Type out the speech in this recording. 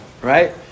Right